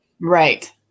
Right